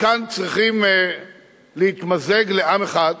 וכאן צריכים להתמזג לעם אחד,